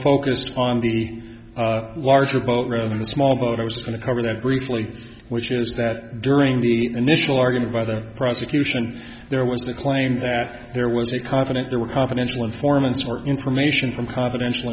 focused on the larger boat rather than the small boat i was going to cover that briefly which is that during the initial argument by the prosecution there was the claim that there was a confident there were confidential informants or information from confidential